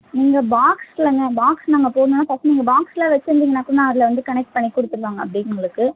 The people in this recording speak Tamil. நீங்க பாக்ஸ் இல்லைங்க பாக்ஸ் நாங்கள் போடணுன்னா ஃபஸ்ட்டு நீங்கள் பாக்ஸெலாம் வச்சுருந்திங்கன்னா கூட அதில் வந்து கனெக்ட் பண்ணி கொடுத்துருவாங்க அப்படியே உங்களுக்கு